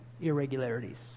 irregularities